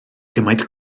gymaint